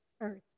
earth